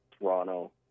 Toronto